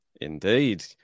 Indeed